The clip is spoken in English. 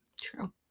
true